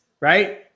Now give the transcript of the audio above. right